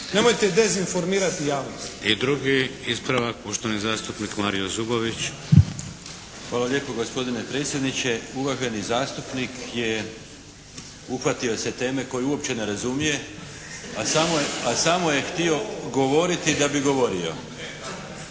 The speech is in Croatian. Nemojte dezinformirati javnost. **Šeks, Vladimir (HDZ)** I drugi ispravak poštovani zastupnik Mario Zubović. **Zubović, Mario (HDZ)** Hvala lijepo gospodine predsjedniče. Uvaženi zastupnik je uhvatio se teme koju uopće ne razumije a samo je htio govoriti da bi govorio.